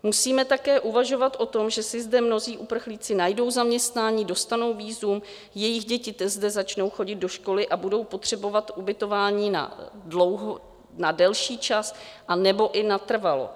Musíme také uvažovat o tom, že si zde mnozí uprchlíci najdou zaměstnání, dostanou vízum, jejich děti zde začnou chodit do školy a budou potřebovat ubytování na delší čas, anebo i natrvalo.